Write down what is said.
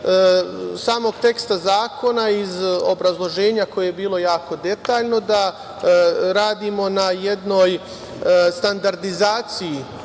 samog teksta zakona, iz obrazloženja koje je bilo jako detaljno, da radimo na jednoj standardizaciji